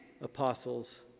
apostles